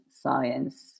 science